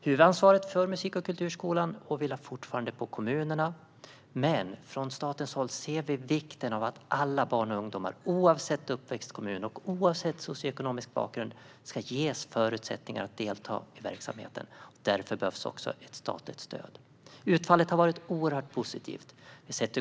Huvudansvaret för musik och kulturskolan åvilar fortfarande kommunerna, men från statens håll ser vi vikten av att alla barn och ungdomar, oavsett uppväxtkommun och oavsett socioekonomisk bakgrund, ska ges förutsättningar att delta i verksamheten. Därför behövs också ett statligt stöd. Utfallet har varit oerhört positivt.